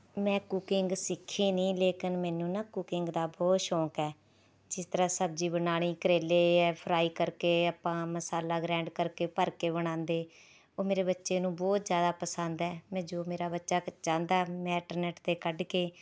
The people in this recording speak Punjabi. ਮੈਂ ਕੁਕਿੰਗ ਸਿੱਖੀ ਨਹੀਂ ਲੇਕਿਨ ਮੈਨੂੰ ਨਾ ਕੁਕਿੰਗ ਦਾ ਬਹੁਤ ਸ਼ੌਕ ਹੈ ਜਿਸ ਤਰ੍ਹਾਂ ਸਬਜ਼ੀ ਬਣਾਉਣੀ ਕਰੇਲੇ ਹੈ ਫਰਾਈ ਕਰਕੇ ਆਪਾਂ ਮਸਾਲਾ ਗਰੈਂਡ ਕਰਕੇ ਭਰ ਕੇ ਬਣਾਉਂਦੇ ਉਹ ਮੇਰੇ ਬੱਚੇ ਨੂੰ ਬਹੁਤ ਜ਼ਿਆਦਾ ਪਸੰਦ ਹੈ ਮੈਂ ਜੋ ਮੇਰਾ ਬੱਚਾ ਕ ਚਾਹੁੰਦਾ ਮੈਂ ਇੰਟਰਨੈੱਟ 'ਤੇ ਕੱਢ ਕੇ